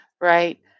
right